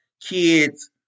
kids